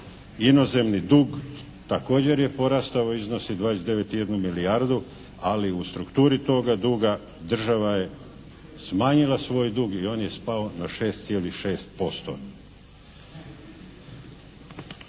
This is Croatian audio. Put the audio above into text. Inozemni dug također je porastao, iznosi 29,1 milijardu, ali u strukturi toga duga država je smanjila svoj dug i on je spao na 6,6%.